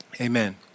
Amen